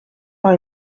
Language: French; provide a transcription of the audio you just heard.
par